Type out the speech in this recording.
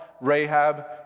Rahab